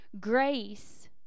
grace